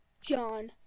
John